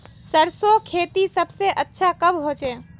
सरसों खेती सबसे अच्छा कब होचे?